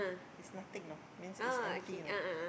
is nothing you know means is empty you know